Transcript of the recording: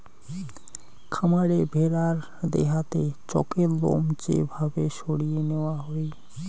খামারে ভেড়ার দেহাতে চকের লোম যে ভাবে সরিয়ে নেওয়া হই